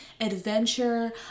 adventure